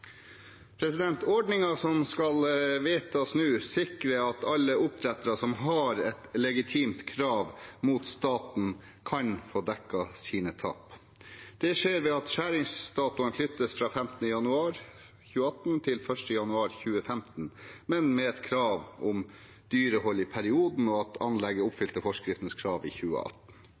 som skal vedtas nå, sikrer at alle oppdrettere som har et legitimt krav mot staten, kan få dekket sine tap. Det skjer ved at skjæringsdatoen flyttes fra 15. januar 2018 til 1. januar 2015, men med et krav om dyrehold i perioden, og at anlegget oppfylte forskriftens krav i 2018.